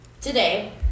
today